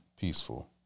peaceful